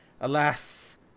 alas